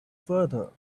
further